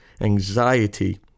anxiety